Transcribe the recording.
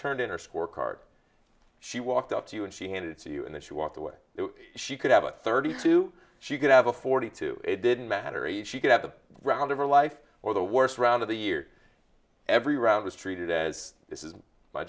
turned in her score card she walked up to you and she handed to you and then she walked away if she could have a thirty two she could have a forty two it didn't matter if she could have the round of her life or the worst round of the year every round was treated as this is my